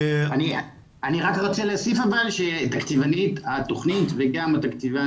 אני רק רוצה להוסיף שתקציבנית התוכנית וגם התקציבן